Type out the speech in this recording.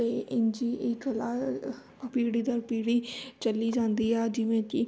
ਅਤੇ ਇੰਝ ਹੀ ਇਹ ਕਲਾ ਅਹ ਅ ਪੀੜ੍ਹੀ ਦਰ ਪੀੜ੍ਹੀ ਚੱਲੀ ਜਾਂਦੀ ਆ ਜਿਵੇਂ ਕਿ